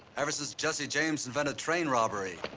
ever since jesse james invented train robbery.